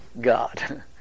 God